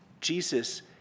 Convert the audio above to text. Jesus